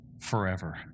forever